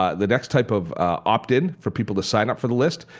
ah the next type of opt-in for people to sign up for the list,